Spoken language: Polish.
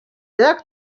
jak